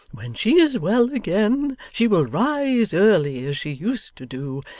when she is well again, she will rise early, as she used to do,